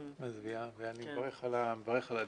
אני מברך על הדיון.